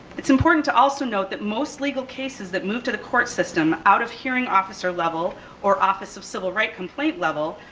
it's important to also note that most legal cases that move to the court system out of hearing officer level or office of civil rights complaint level,